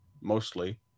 mostly